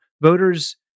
voters